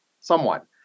somewhat